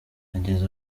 yageze